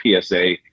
PSA